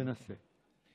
תנסה.